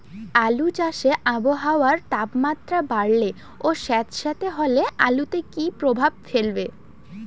আলু চাষে আবহাওয়ার তাপমাত্রা বাড়লে ও সেতসেতে হলে আলুতে কী প্রভাব ফেলবে?